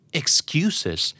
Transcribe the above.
excuses